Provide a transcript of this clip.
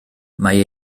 mae